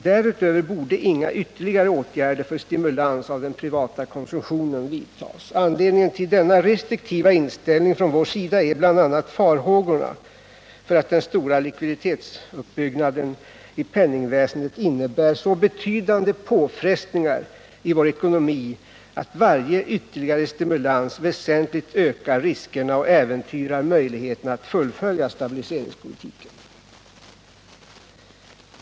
Därutöver borde inga ytterligare åtgärder för stimulans av den privata konsumtionen vidtas. Anledningen till denna restriktiva inställning från vår sida är bl.a. farhågorna för att den stora likviditetsuppbyggnaden i penningväsendet innebär så betydande påfrestningar i vår ekonomi att varje ytterligare stimulans ökar riskerna och äventyrar möjligheterna att fullfölja stabiliseringspolitiken.